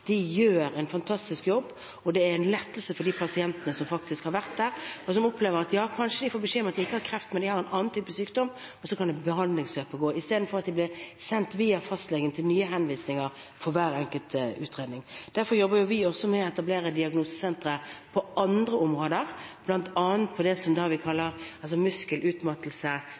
De gjør en fantastisk jobb. Det er en lettelse for de pasientene som har vært der, og som kanskje opplever å få beskjed om at de ikke har kreft, men en annen type sykdom. Så kan behandlingsløpet gå, istedenfor at de blir sendt via fastlegen til nye henvisninger for hver enkelt utredning. Derfor jobber vi også med å etablere diagnosesentre på andre områder, bl.a. det som vi kaller